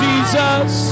Jesus